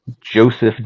Joseph